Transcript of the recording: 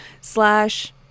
slash